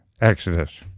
exodus